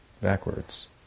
backwards